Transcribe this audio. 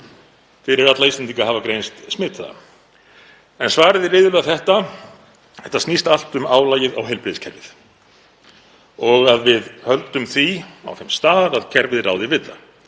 fyrir alla Íslendinga að hafa greinst smitaða. Svarið er iðulega þetta: Þetta snýst allt um álagið á heilbrigðiskerfið og að við höldum því á þeim stað að kerfið ráði við það.